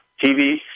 TV